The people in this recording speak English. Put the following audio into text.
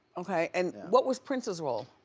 okay. and what was prince's role?